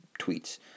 tweets